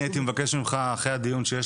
אז אני הייתי מבקש ממך אחרי הדיון שיש